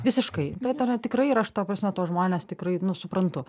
visiškai tai ta yra tikrai ir aš ta prasme tuos žmones tikrai nu suprantu